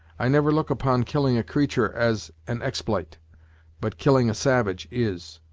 i never look upon killing a creatur' as an explite but killing a savage is.